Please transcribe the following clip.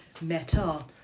meta